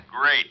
Great